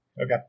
Okay